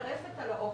טרפת על האוכל.